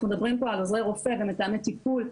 אנחנו מדברים פה על עוזרי רופא ומתאמי טיפול.